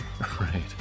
Right